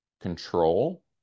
control